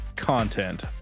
content